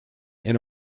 and